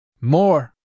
More